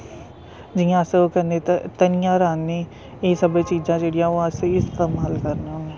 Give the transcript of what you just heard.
जि'यां अस ओह् करने धनियां राह्ने एह् सब चीजां जेह्ड़ियां ओह् अस इस्तेमाल करने होन्ने